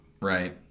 Right